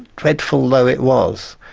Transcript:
dreadful though it was,